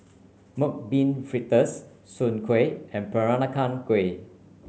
Mung Bean Fritters Soon Kuih and Peranakan Kueh